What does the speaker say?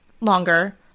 longer